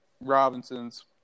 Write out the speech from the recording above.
Robinson's